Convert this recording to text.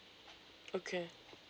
okay